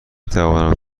توانم